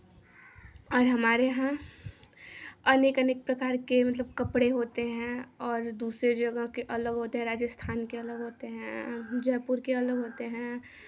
और हमारे यहाँ अनेक अनेक प्रकार के मतलब कपड़े होते हैं और दूसरे जगह के अलग होते हैं राजस्थान के अलग होते हैं जयपुर के अलग होते हैं